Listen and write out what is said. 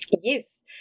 Yes